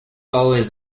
always